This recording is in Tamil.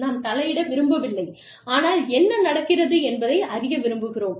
நாம் தலையிட விரும்பவில்லை ஆனால் என்ன நடக்கிறது என்பதை அறிய விரும்புகிறோம்